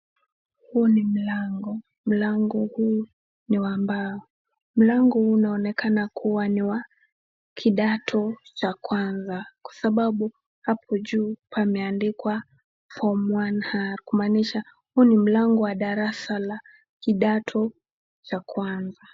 Huu ni mlango. Mlango huu ni wa mbao. Mlango huu unaonekana kuwa ni wa kidato cha kwanza kwasababu hapo juu pameandikwa form 1R kumaanisha huu ni mlango wa kidato cha kwanza.